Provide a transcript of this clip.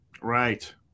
Right